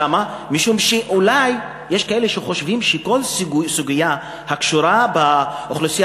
משום שאולי יש כאלה שחושבים שכל סוגיה הקשורה לאוכלוסייה